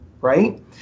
right